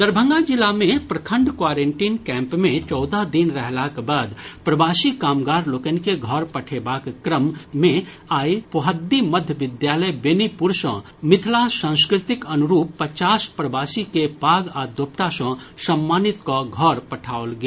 दरभंगा जिला मे प्रखंड क्वारीन्टीन कैंप मे चौदह दिन रहलाक बाद प्रवासी कामगार लोकनि के घर पठेबाक क्रम मे आइ पोहद्दी मध्य विद्यालय बेनीपुर सँ मिथिला संस्कृतिक अनुरूप पच्चास प्रवासी के पाग आ दोपटा सँ सम्मानित कऽ घर पठाओल गेल